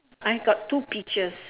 I've got two peaches